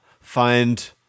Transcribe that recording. Find